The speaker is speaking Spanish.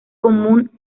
común